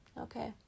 Okay